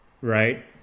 right